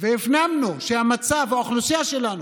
והפנמנו את מצב האוכלוסייה שלנו.